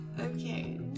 Okay